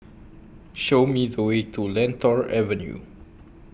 Show Me The Way to Lentor Avenue